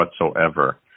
whatsoever